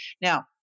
Now